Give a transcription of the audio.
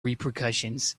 repercussions